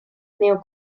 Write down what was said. neo